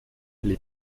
les